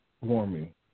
Warming